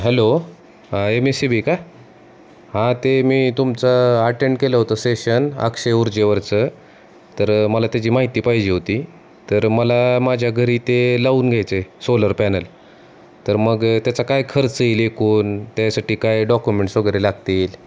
hello M S E B का हां ते मी तुमचं अटेंड केलं होतं सेशन अक्षय ऊर्जेवरचं तर मला त्याची माहिती पाहिजे होती तर मला माझ्या घरी ते लावून घ्यायचं आहे सोलर पॅनल तर मग त्याच काय खर्च येईल एकूण त्यासाठी काय डॉक्युमेंट्स वगैरे लागतील